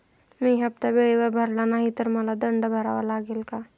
मी हफ्ता वेळेवर भरला नाही तर मला दंड भरावा लागेल का?